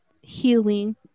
healing